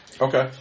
okay